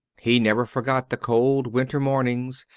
he never forgot the cold winter mornings,